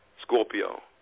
Scorpio